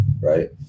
Right